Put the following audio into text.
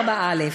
בסעיף 4א המוצע,